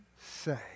say